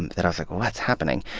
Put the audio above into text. and that i was like, what's happening?